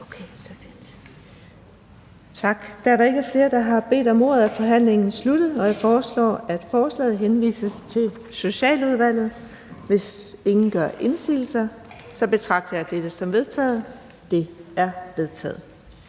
korte bemærkninger. Da der ikke er flere, der har bedt om ordet, er forhandlingen sluttet. Jeg foreslår, at forslaget til folketingsbeslutning henvises til Socialudvalget. Hvis ingen gør indsigelse, betragter jeg dette som vedtaget. Det er vedtaget.